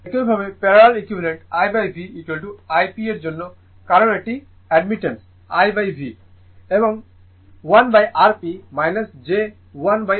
একইভাবে parallel equivalent IV I P এর জন্য কারণ এটি অ্যাডমিটেন্স IV এবং 1Rp j 1XPg jb